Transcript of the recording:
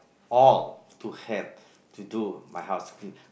all to have to do my house cleaning